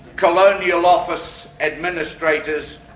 colonial office administrators,